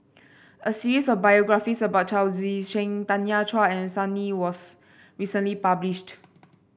a series of biographies about Chao Tzee Cheng Tanya Chua and Sun Yee was recently published